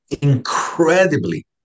incredibly